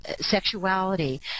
sexuality